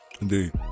Indeed